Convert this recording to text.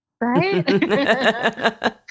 Right